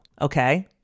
Okay